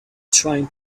trying